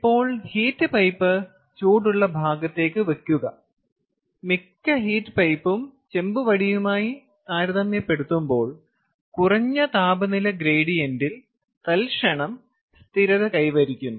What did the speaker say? ഇപ്പോൾ heat pipe ചൂടുള്ള ഭാഗത്തേക്ക് വയ്ക്കുക മിക്ക ഹീറ്റ് പൈപ്പും ചെമ്പ് വടിയുമായി താരതമ്യപ്പെടുത്തുമ്പോൾ കുറഞ്ഞ താപനില ഗ്രേഡിയന്റിൽ തൽക്ഷണം സ്ഥിരത കൈവരിക്കുന്നു